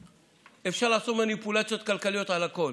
אפשר לעשות מניפולציות כלכליות על הכול.